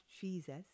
Jesus